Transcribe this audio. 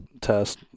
test